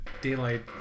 daylight